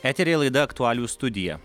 eteryje laida aktualijų studija